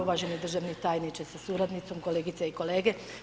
Uvaženi državni tajniče sa suradnicom, kolegice i kolege.